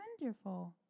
wonderful